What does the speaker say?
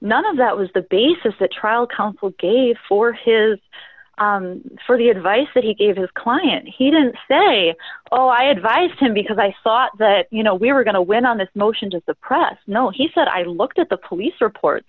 none of that was the basis the trial counsel gave for his for the advice that he gave his client he didn't say oh i advised him because i thought that you know we were going to win on this motion to the press no he said i looked at the police reports